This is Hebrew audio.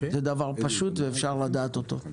זה דבר פשוט ואפשר לדעת אותו.